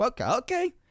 okay